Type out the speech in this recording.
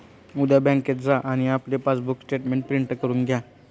उद्या बँकेत जा आणि आपले पासबुक स्टेटमेंट प्रिंट करून घ्या